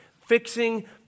Fixing